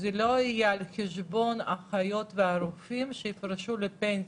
זה לא יהיה על חשבון האחיות והרופאים שיפרשו לפנסיה.